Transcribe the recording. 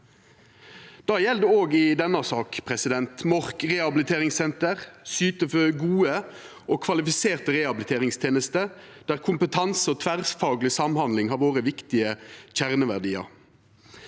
Det gjeld òg i denne saka. Mork rehabiliteringssenter syter for gode og kvalifiserte rehabiliteringstenester der kompetanse og tverrfagleg samhandling har vore viktige kjerneverdiar.